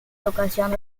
educación